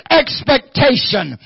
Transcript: expectation